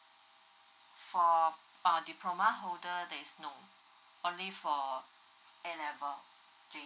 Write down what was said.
for uh diploma holder there's no only for A level